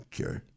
Okay